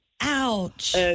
Ouch